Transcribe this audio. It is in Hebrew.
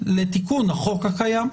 לתיקון החוק הקיים.